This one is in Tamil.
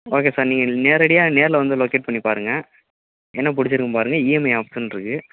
ஓகே சார் நீங்கள் நேரடியாக நேரில் வந்து லொக்கேட் பண்ணி பாருங்கள் என்ன பிடிச்சிருக்குன்னு பாருங்கள் இஎம்ஐ ஆப்ஷன் இருக்கு